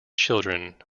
children